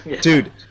dude